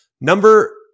Number